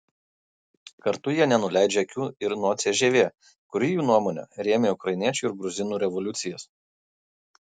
kartu jie nenuleidžia akių ir nuo cžv kuri jų nuomone rėmė ukrainiečių ir gruzinų revoliucijas